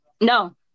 No